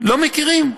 לא מכירים.